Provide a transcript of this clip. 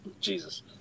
Jesus